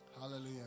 Hallelujah